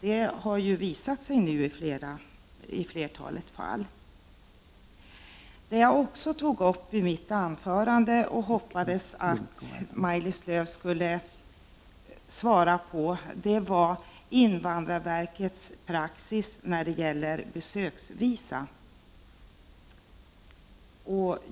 Det har visat sig nu i flertalet fall. En annan fråga som jag tog upp i mitt anförande och hoppades att Maj Lis Lööw skulle ge svar på gällde invandrarverkets praxis beträffande besöksvisum.